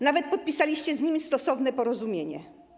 Nawet podpisaliście z nimi stosowne porozumienie.